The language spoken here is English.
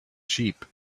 sheep